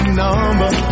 number